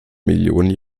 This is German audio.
millionen